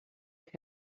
have